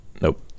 Nope